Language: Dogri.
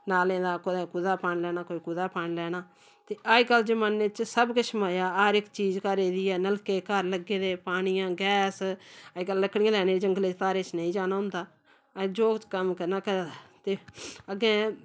नालें दा कुदै कुदै पानी लैना कोई कुदै पानी लैना ते अज्जकल जमान्ने च सब किश मजा हर इक चीज घरै दी ऐ नलके घर लग्गे दे पानियां गैस अज्जकल लकड़ियां लैने जंगलै धारें च नेईं जाना होंदा अज्ज जो कम्म करना घरा दा ते अग्गें